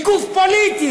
היא גוף פוליטי.